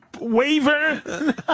waiver